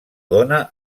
dóna